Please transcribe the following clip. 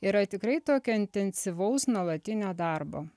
yra tikrai tokio intensyvaus nuolatinio darbo